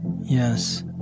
Yes